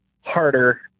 harder